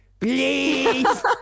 Please